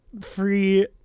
Free